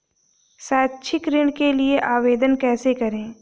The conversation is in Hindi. शैक्षिक ऋण के लिए आवेदन कैसे करें?